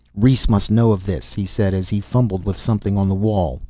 rhes must know of this, he said as he fumbled with something on the wall.